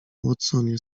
watsonie